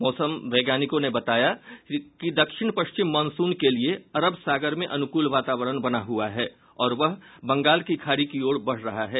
मौसम वैज्ञानिकों ने बताया कि दक्षिण पश्चिम मॉनसून के लिए अरब सागर में अनुकूल वातावारण बना हुआ है और वह बंगाल की खाड़ी की ओर बढ़ रहा है